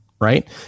right